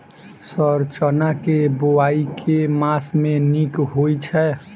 Sir चना केँ बोवाई केँ मास मे नीक होइ छैय?